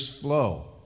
flow